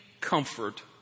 comfort